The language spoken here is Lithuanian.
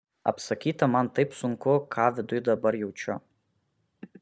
apsakyti man taip sunku ką viduj dabar jaučiu